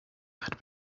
had